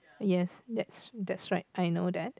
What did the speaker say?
yes that's that's right I know that